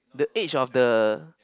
the age of the